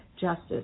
justice